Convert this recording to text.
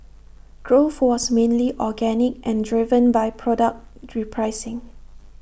growth was mainly organic and driven by product repricing